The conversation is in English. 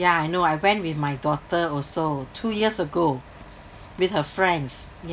yeah I know I went with my daughter also two years ago with her friends